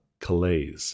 calais